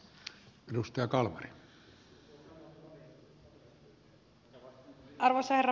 arvoisa herra puhemies